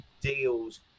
deals